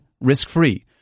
risk-free